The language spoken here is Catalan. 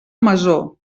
masó